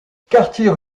quartier